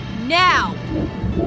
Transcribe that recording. Now